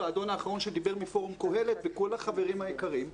והאדון האחרון שדיבר מפורום קהלת וכל החברים היקרים,